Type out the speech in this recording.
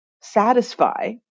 satisfy